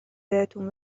بهتون